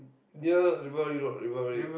near River Valley road River Valley